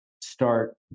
start